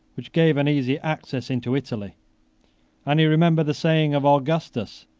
which gave an easy access into italy and he remembered the saying of augustus,